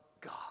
God